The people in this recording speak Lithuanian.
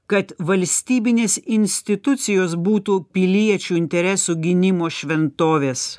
kad valstybinės institucijos būtų piliečių interesų gynimo šventovės